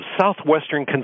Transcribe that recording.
Southwestern